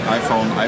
iPhone